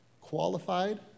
Qualified